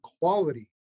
quality